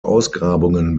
ausgrabungen